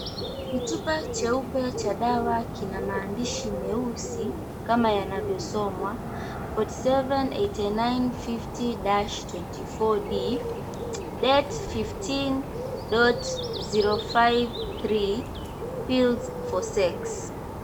Kichupa cheupe cha dawa kina maandishi meusi, kama yanavyosomwa: 47895-24D DATE 15.05 three PILLS FOR SEX.